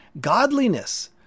Godliness